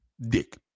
dick